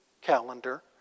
calendar